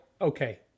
okay